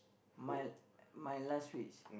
my my last wish